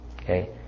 Okay